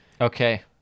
okay